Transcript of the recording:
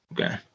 Okay